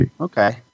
okay